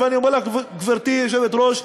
ואני אומר לך, גברתי היושבת-ראש,